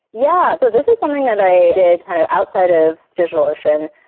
yeah. so this is something that i did kind of outside of digitalocean,